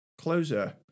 closer